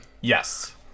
Yes